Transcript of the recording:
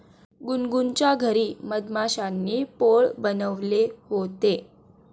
गुनगुनच्या घरी मधमाश्यांनी पोळं बनवले होते